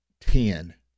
ten